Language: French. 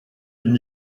est